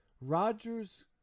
Rodgers